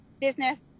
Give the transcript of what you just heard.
business